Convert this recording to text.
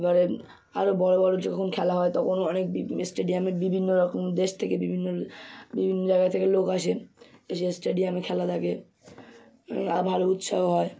এবারে আরও বড় বড় যখন খেলা হয় তখন অনেক স্টেডিয়ামে বিভিন্ন রকম দেশ থেকে বিভিন্ন বিভিন্ন জায়গা থেকে লোক আসে এসে স্টেডিয়ামে খেলা দেখে ভালো উৎসব হয়